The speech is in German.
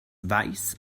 weiß